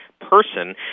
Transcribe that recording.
person